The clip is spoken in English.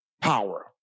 power